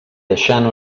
deixant